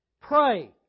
Pray